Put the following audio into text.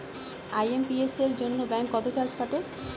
IMPS এর জন্য bank কত চার্জ কাটে?